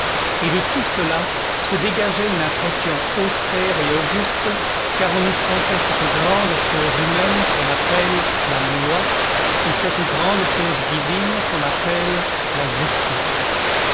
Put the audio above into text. et de tout cela se dégageait une impression austère et auguste car on y sentait cette grande chose humaine qu'on appelle la loi et cette grande chose divine qu'on appelle la justice